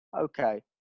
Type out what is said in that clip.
okay